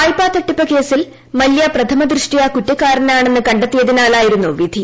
വായ്പാ ത്ട്ടിപ്പ് കേസിൽ മല്യ പ്രഥമ ദൃഷ്ട്യാ കുറ്റക്കാരനാണെന്ന് കണ്ടെത്തിയതിനാലായിരുന്നു വിധി